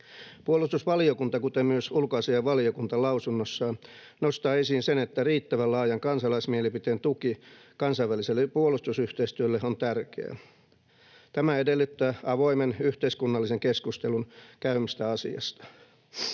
Puolustusvaliokunta, kuten myös ulkoasiainvaliokunta, lausunnossaan nostaa esiin sen, että riittävän laajan kansalaismielipiteen tuki kansainväliselle puolustusyhteistyölle on tärkeää. Tämä edellyttää avoimen yhteiskunnallisen keskustelun käymistä asiasta.